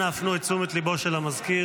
אנא הפנו את תשומת לבו של המזכיר.